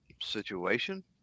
situation